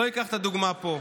לא אקח את הדוגמה פה,